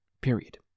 Period